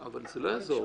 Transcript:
אבל זה לא יעזור.